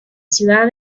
ciudad